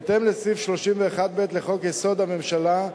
בהתאם לסעיף 31(ב) לחוק-יסוד: הממשלה,